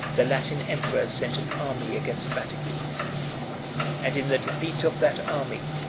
the latin emperor sent an army against vataces and in the defeat of that army,